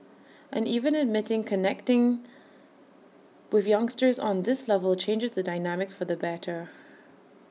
and even admitting connecting with youngsters on this level changes the dynamics for the better